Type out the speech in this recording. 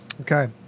Okay